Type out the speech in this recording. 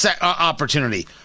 opportunity